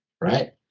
right